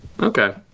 Okay